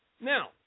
Now